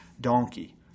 donkey